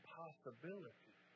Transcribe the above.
possibility